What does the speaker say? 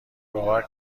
باور